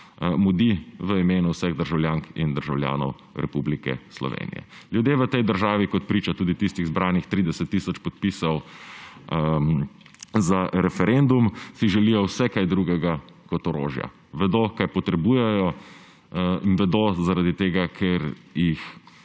mudi v imenu vseh državljank in državljanov Republike Slovenije. Ljudje v tej državi, kot priča tudi tistih zbranih 30 tisoč podpisov za referendum, si želijo vse kaj drugega kot orožja. Vedo, kaj potrebujejo, in vedo zaradi tega, ker jih